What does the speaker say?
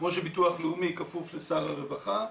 כמו שביטוח לאומי כפוף לשר הרווחה,